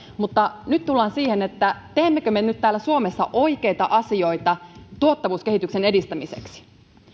mutta nyt tullaan siihen teemmekö me nyt täällä suomessa oikeita asioita tuottavuuskehityksen edistämiseksi